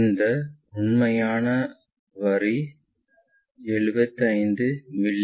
இந்த உண்மையான வரி 75 மி